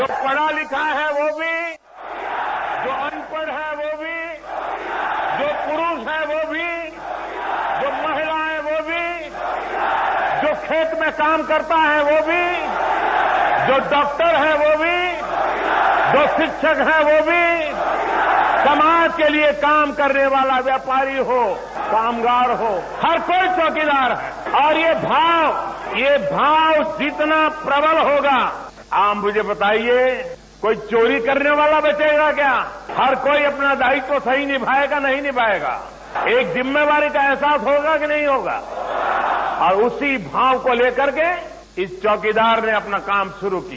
bite जो पढ़ा लिखा है वो भी जो अनपढ़ है वो भीजो पुरूष है वो भी जो महिला है वो भी जो खेत में काम करता है वो भी जो डॉक्टर है वो भी जो शिक्षक है वो भी समाज के लिए काम करने वाला व्यापारी हो कामगार हो हर कोई चौकीदार है और ये भाव ये भाव जितना प्रबल होगा आप मुझे बताइये कोई चोरी करने वाला बचेगा क्या हर कोई अपना दाथित्व सही निभायेगा नहीं निभायेगाएक जिम्मेदारी का अहसास होगा कि नहीं होगा और उसी भाव को ले करके इस चौकीदार ने अपना काम शुरू किया